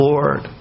Lord